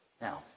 Now